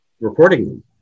recording